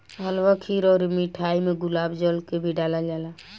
हलवा खीर अउर मिठाई में गुलाब जल के भी डलाल जाला